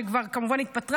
שכבר התפטרה,